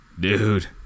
Dude